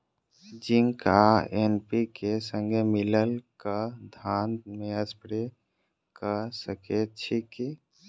Zinc आ NPK, संगे मिलल कऽ धान मे स्प्रे कऽ सकैत छी की?